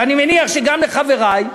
ואני מניח שגם לחברי,